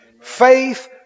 Faith